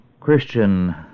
Christian